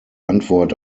antwort